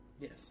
Yes